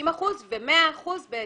50% ו-100% ב-2021.